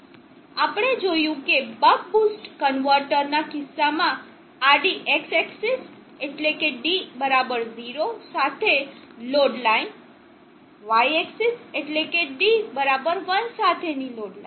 આપણે જોયું કે બક બૂસ્ટ કન્વર્ટર ના કિસ્સામાં આડી x એક્ષીસ એટલે કે d 0 સાથે લોડ લાઇન Y એક્ષીસ એટલે કે d 1 સાથેની લોડ લાઇન